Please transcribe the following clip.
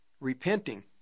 repenting